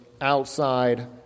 outside